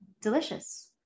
delicious